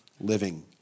living